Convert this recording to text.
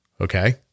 Okay